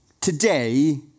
Today